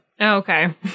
Okay